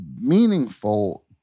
meaningful